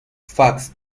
fax